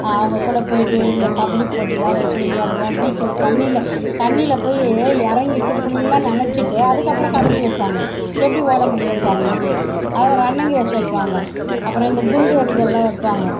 அவங்க கூட போய்ட்டு இந்த கபடி போட்டிலாம் வச்சு விளையாடுவோம் பீச்சில் தண்ணியில் தண்ணியில் போய் இறங்கிட்டு ஃபுல்லாக நனச்சிட்டு அதுக்கு அப்றம் கபடி வைப்பாங்கோ எப்படி ஓட முடியும் பாருங்கள் அப்றம் ரன்னிங் ரேஸ் வைப்பாங்கோ அப்றம் இந்த குண்டு எறிதல்லாம் வைப்பாங்க